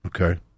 okay